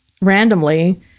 randomly